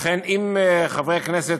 לכן, אם חברי הכנסת,